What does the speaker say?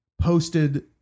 posted